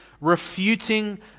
refuting